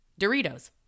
Doritos